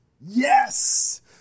Yes